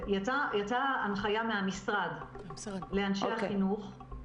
יצאה הנחיה מהמשרד לאנשי החינוך.